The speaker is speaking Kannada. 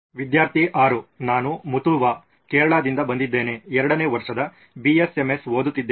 ವಿದ್ಯಾರ್ಥಿ 6 ನಾನು ಮುತ್ತುವಾ ಕೇರಳದಿಂದ ಬಂದಿದ್ದೇನೆ 2 ನೇ ವರ್ಷದ BSMS ಓದುತ್ತಿದ್ದೇನೆ